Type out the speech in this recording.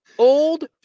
Old